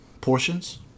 portions